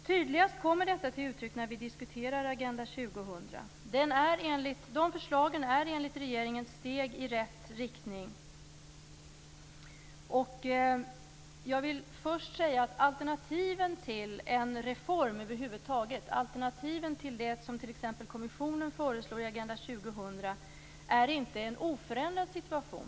Tydligast kommer detta till uttryck när vi diskuterar Agenda 2000. De förslagen är enligt regeringen steg i rätt riktning. Alternativet till en reform över huvud taget, till det kommissionen föreslår i Agenda 2000, är inte en oförändrad situation.